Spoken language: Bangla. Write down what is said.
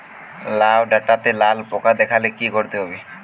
লাউ ডাটাতে লাল পোকা দেখালে কি করতে হবে?